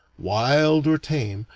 wild or tame,